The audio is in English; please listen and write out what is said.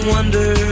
wonder